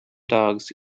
dogs